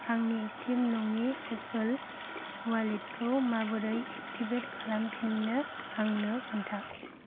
आंनि एक्टिभ नङै पेपेल वालेटखौ माबोरै एक्टिभेट खालामफिन्नो आंनो खोन्था